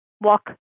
walk